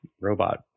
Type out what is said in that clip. robot